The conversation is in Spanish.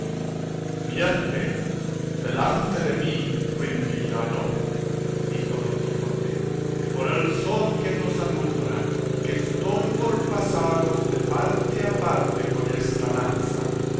miente delante de mí ruin villano dijo don quijote por el sol que nos alumbra que estoy por pasaros de parte a parte con esta lanza